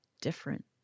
different